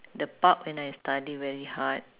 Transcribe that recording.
the part when I study very hard